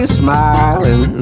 smiling